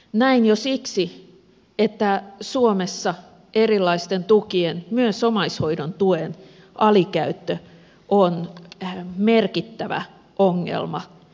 näin jo siksi että suomessa erilaisten tukien myös omaishoidon tuen alikäyttö on merkittävä ongelma